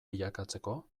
bilakatzeko